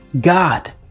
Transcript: God